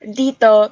dito